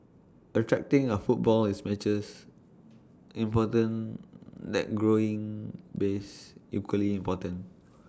attracting A footfall is matches important that growing base equally important